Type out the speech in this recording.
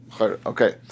okay